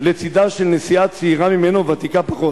לצדה של נשיאה צעירה ממנו וותיקה פחות,